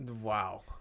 Wow